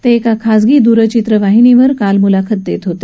ते एका खाजगी दुरचित्रवाहिनीवर मुलाखत देत होते